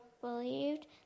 believed